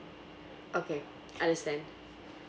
okay understand